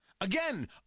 Again